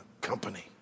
company